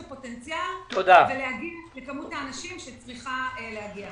הפוטנציאל ולהגיע לכמות האנשים שצריכה להגיע.